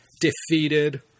Defeated